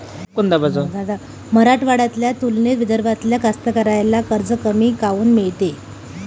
मराठवाड्याच्या तुलनेत विदर्भातल्या कास्तकाराइले कर्ज कमी काऊन मिळते?